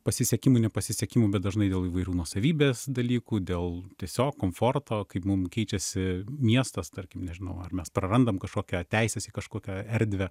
pasisekimų nepasisekimų bet dažnai dėl įvairių nuosavybės dalykų dėl tiesiog komforto kaip mum keičiasi miestas tarkim nežinau ar mes prarandam kažkokią teises į kažkokią erdvę